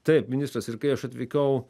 taip ministras ir kai aš atvykau